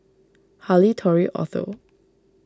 Harley Tory Otho